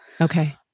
Okay